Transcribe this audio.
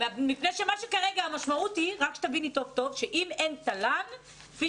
מפני שהמשמעות כרגע היא שאם אין תל"ן יש